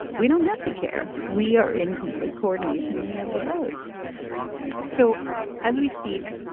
we don't have to care. we are in complete coordination and we have the votes so as we speak,